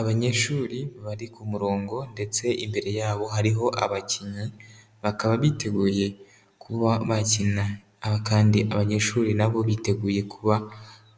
Abanyeshuri bari ku murongo ndetse imbere yabo hariho abakinnyi, bakaba biteguye kuba bakina. Aba kandi abanyeshuri na bo biteguye kuba